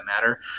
Matter